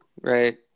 Right